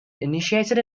initiated